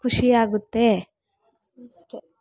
ಖುಷಿಯಾಗುತ್ತೆ ಅಷ್ಟೇ